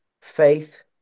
faith